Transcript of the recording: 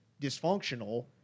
dysfunctional